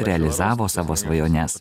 realizavo savo svajones